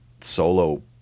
solo